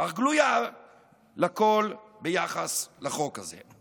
אך גלויה לכול ביחס לחוק הזה: